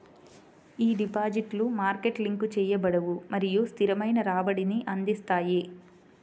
ఈ డిపాజిట్లు market link చేయబడవు మరియు స్థిరమైన రాబడిని అందిస్తాయి